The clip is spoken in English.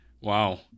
Wow